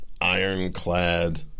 ironclad